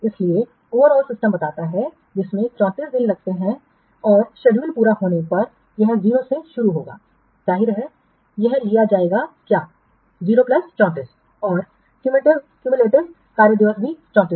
इसलिए समग्र प्रणाली बताता है जिसमें 34 दिन लगते हैं और शेड्यूल पूरा होने पर यह 0 से शुरू होगा जाहिर है यह लिया जाएगा क्या 0 प्लस 34 दिन और संचयी कार्य दिवस भी 34 दिन